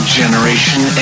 generation